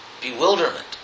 bewilderment